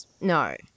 no